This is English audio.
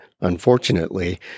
unfortunately